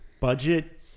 budget